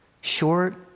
short